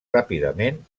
ràpidament